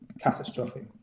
catastrophic